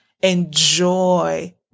enjoy